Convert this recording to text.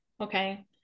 okay